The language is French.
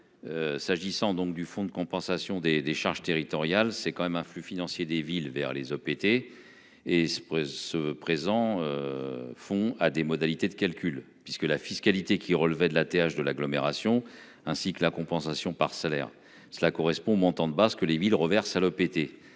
S'agissant donc du fonds de compensation des des charges territorial c'est quand même un flux financiers des villes vers les OPT et se. Présent. Font à des modalités de calcul puisque la fiscalité qui relevait de la TH de l'agglomération ainsi que la compensation salaire cela correspond au montant de base que les villes reverse à l'OPT